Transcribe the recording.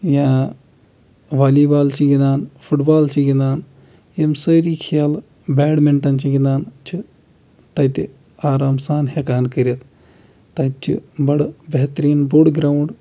یا volleyball چھِ گِنٛدان فُٹ بال چھِ گِنٛدان یِم سٲری کھیل بیڈمِنٹَن چھِ گِنٛدان چھِ تَتہِ آرام سان ہیکان کٔرِتھ تَتہِ چھِ بَڑٕ بہتریٖن بوٚڑ گراوُنٛڈ